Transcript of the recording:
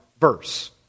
verse